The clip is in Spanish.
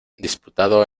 disputado